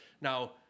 Now